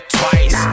twice